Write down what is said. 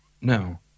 No